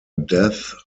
death